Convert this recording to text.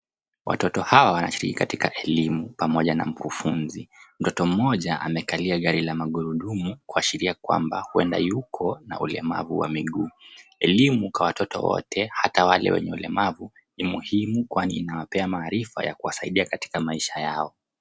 Watoto hawa wanashiriki katika elimu pamoja na mkufunzi. Mtoto mmoja amekalia gari la magurudumu kuashiria kwamba huenda yuko na ulemavu wa miguu. Elimu kwa watoto wote hata wale wenye ulemavu ni muhimu kwani inawapea maarifa ya kuwasaidia katika maisha yao.